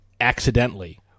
accidentally